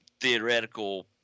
theoretical